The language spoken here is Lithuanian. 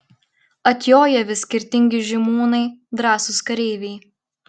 atjoja vis skirtingi žymūnai drąsūs kareiviai